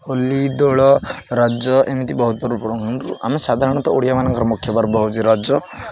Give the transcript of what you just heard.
ହୋଲି ଦୋଳ ରଜ ଏମିତି ବହୁତ ପର୍ବ ପାଳୁ ଆମେ ସାଧାରଣତଃ ଓଡ଼ିଆ ମାନଙ୍କର ମୁଖ୍ୟ ପର୍ବ ହେଉଛି ରଜ